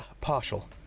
partial